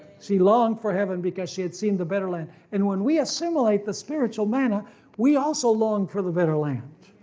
she longed for heaven because she had seen the better land, and when we assimilate the spiritual manna we also long for the better land.